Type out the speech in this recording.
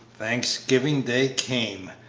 thanksgiving day came,